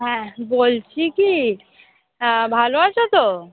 হ্যাঁ বলছি কি ভালো আছো তো